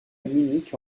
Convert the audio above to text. munich